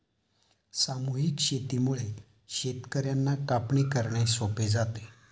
सामूहिक शेतीमुळे शेतकर्यांना कापणी करणे सोपे जाते